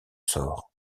sort